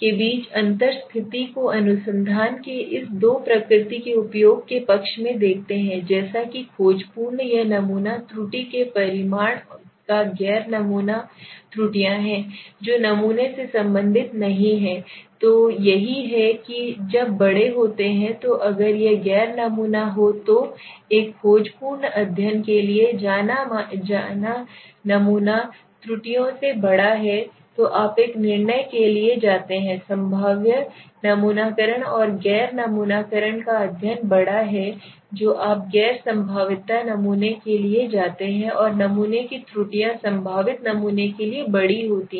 के बीच अंतर स्थिति को अनुसंधान के इस दो प्रकृति के उपयोग के पक्ष में देखते हैं जैसा कि खोजपूर्ण यह नमूना त्रुटि के परिमाण का गैर नमूना त्रुटियां हैं जो नमूने से संबंधित नहीं है तो यही है कि जब बड़े होते हैं तो अगर यह गैर नमूना हो तो एक खोजपूर्ण अध्ययन के लिए जाना नमूना त्रुटियों से बड़ा है तो आप एक निर्णय के लिए जाते हैं संभाव्य नमूनाकरण और गैर नमूनाकरण का अध्ययन बड़ा है जो आप गैर संभाव्यता नमूने के लिए जाते हैं और नमूने की त्रुटियां संभावित नमूने के लिए बड़ी होती हैं